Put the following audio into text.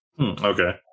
Okay